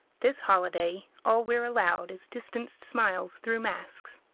this holiday all we're allowed is distanced smiles through masks.